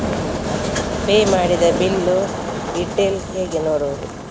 Pay ಮಾಡಿದ bill detail ಹೇಗೆ ನೋಡುವುದು?